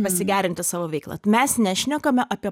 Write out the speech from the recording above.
pasigerinti savo veiklą mes nešnekame apie